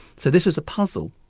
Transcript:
so this was a puzzle,